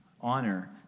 Honor